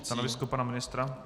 Stanovisko pana ministra?